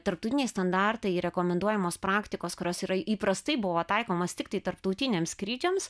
tarptautiniai standartai ir rekomenduojamos praktikos kurios yra įprastai buvo taikomas tiktai tarptautiniams skrydžiams